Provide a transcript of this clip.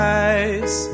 eyes